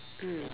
mm